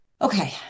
Okay